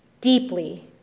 deeply